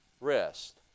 rest